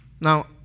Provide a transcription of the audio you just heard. Now